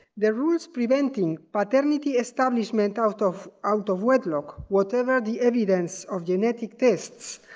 the rules preventing paternity establishment out of out of wedlock, whatever the evidence of genetic tests,